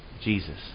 Jesus